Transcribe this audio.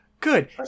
good